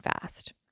fast